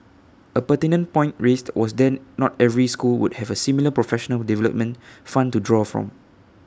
A pertinent point raised was then not every school would have A similar professional development fund to draw from